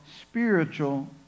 spiritual